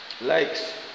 likes